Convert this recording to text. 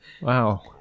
Wow